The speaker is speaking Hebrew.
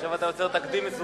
עכשיו אתה יוצר תקדים מסוכן.